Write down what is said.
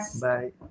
Bye